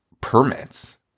permits